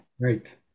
Right